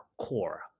core